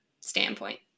standpoint